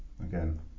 again